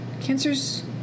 cancer's